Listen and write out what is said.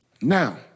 Now